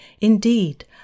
Indeed